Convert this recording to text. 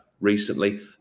recently